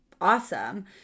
awesome